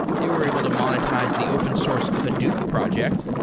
they were able to monetize the open source hadoop project,